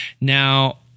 Now